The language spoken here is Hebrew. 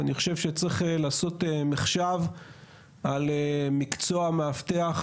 ואני חושב שצריך לעשות מחשב על מקצוע המאבטח,